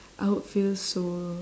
I would feel so